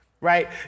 right